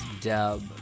dub